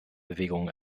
bewegungen